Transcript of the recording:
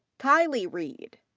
kylee reed.